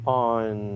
on